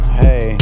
hey